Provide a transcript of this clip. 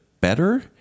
better